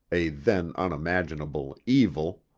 a then unimaginable, evil.